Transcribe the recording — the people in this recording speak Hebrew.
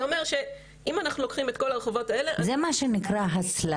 זה אומר שאם אנחנו לוקחים את כל הרחובות האלה--- זה מה שנקרא הסללה.